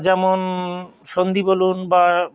যেমন সন্ধি বলুন বা